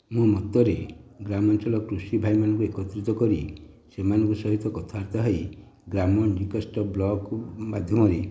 ମୋ ମତରେ ଗ୍ରାମାଞ୍ଚଳର କୃଷିଭାଇମାନଙ୍କୁ ଏକତ୍ରିତ କରି ସେମାନଙ୍କ ସହିତ କଥାବାର୍ତ୍ତା ହୋଇ ଗ୍ରାମଗୁଡ଼ିକ ନିକଟସ୍ତ ବ୍ଲକ ମାଧ୍ୟମରେ